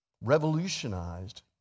revolutionized